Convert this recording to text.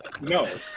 no